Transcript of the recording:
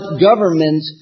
government